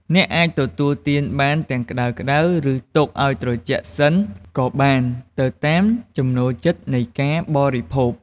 អ្នកអាចទទួលទានបានទាំងក្ដៅៗ ឬទុកឱ្យត្រជាក់សិនក៏បាន ទៅតាមចំណូលចិត្តនៃការបរិភោគ។